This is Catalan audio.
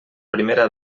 primera